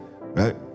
right